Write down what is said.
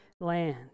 land